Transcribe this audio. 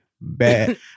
bad